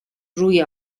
روی